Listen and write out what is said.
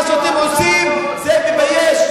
מה שאתם עושים זה מבייש,